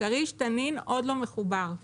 כריש תנין עוד לא מחובר.